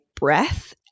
breath